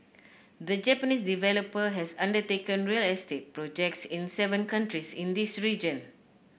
the Japanese developer has undertaken real estate projects in seven countries in this region